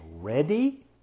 ready